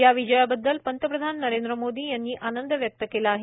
या विजयाबद्दल पंतप्रधान नरेंद्र मोदी यांनी आनंद व्यक्त केला आहे